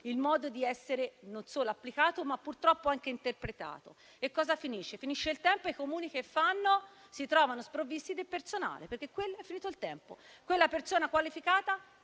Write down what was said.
il modo di essere non solo applicati, ma purtroppo anche interpretati. Finisce il tempo e i Comuni che fanno? Si trovano sprovvisti di personale, perché è finito il tempo. Quella persona qualificata